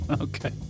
Okay